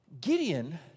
Gideon